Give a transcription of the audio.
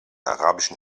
arabischen